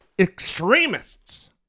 extremists